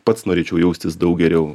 pats norėčiau jaustis daug geriau